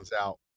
out